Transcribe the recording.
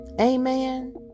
Amen